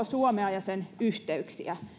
suomea ja sen yhteyksiä